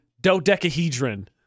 Dodecahedron